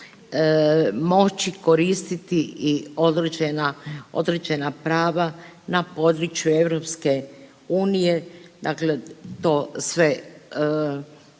moći koristiti i određena prava na području EU, dakle to sve